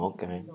Okay